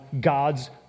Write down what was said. God's